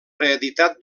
reeditat